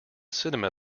cinema